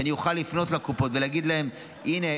כדי שאני אוכל לפנות לקופות ולהגיד להן: הינה,